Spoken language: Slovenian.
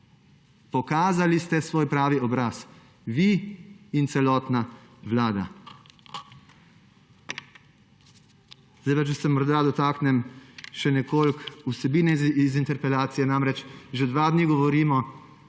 Pokazali ste svoj pravi obraz – vi in celotna vlada. Če se pa sedaj dotaknem še nekoliko vsebine iz interpelacije. Že dva dni govorimo